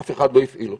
אף אחד לא הפעיל אותו.